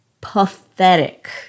pathetic